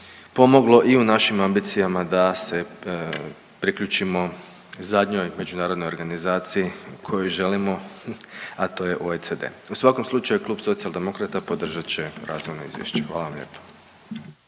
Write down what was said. pomoglo i u našim ambicijama da se priključimo zadnjoj međunarodnoj organizaciji koju želimo, a to je OECD. U svakom slučaju Klub socijaldemokrata podržat će razvojno izvješće. Hvala vam lijepo.